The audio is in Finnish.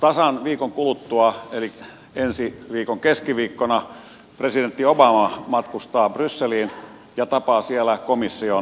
tasan viikon kuluttua eli ensi viikon keskiviikkona presidentti obama matkustaa brysseliin ja tapaa siellä komission johtoa